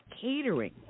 catering